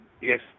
yes